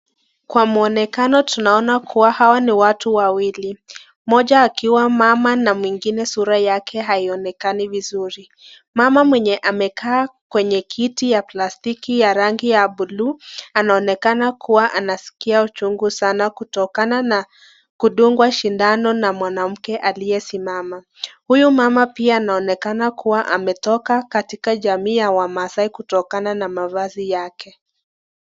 Kwa muonekano tunaona kuwa hawa ni watu wawili. Moja akiwa mama na mwingine sura yake haionekani vizuri. Mama mwenye amekaa kwenye kiti ya plastiki ya rangi ya blue , anaonekana kuwa anaskia uchungu sana kutokana na kudungwa shindano na mwanamke aliyesimama. Huyu mama pia anaonekana kuwa ametoka katika jamii ya wamaasai kutokana na mavazi yake.